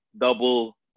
double